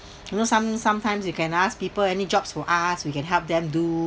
you know some sometimes you can ask people any jobs for us we can help them do